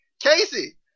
Casey